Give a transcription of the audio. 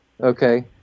okay